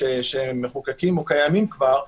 שמחוקקים או קיימים כבר.